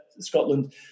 Scotland